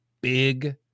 big